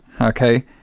Okay